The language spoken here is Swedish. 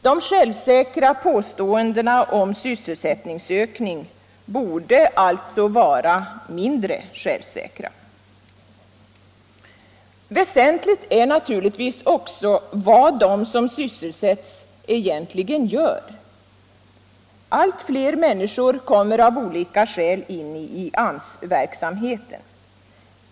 De självsäkra påståendena om sysselsättningsökning borde alltså vara mindre självsäkra. Väsentligt är naturligtvis också vad de som sysselsätts egentligen gör. Allt fler människor kommer av olika skäl in i AMS-verksamheten.